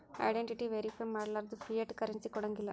identity verify ಮಾಡ್ಲಾರ್ದ fiat currency ಕೊಡಂಗಿಲ್ಲಾ